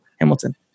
Hamilton